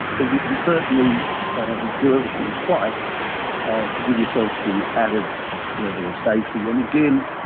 but you can certainly do everything twice to give yourself the added level of safety. and again,